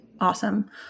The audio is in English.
Awesome